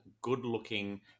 good-looking